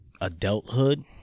adulthood